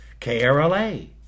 KRLA